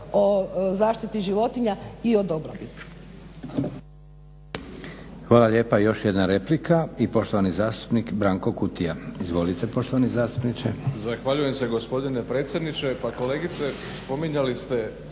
o zaštiti životinja i o dobrobiti.